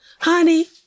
Honey